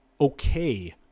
okay